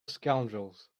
scoundrels